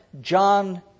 John